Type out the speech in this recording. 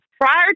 prior